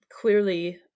clearly